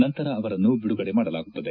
ನಂತರ ಅವರನ್ನು ಬಿಡುಗಡೆ ಮಾಡಲಾಗುತ್ತದೆ